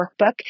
workbook